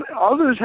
others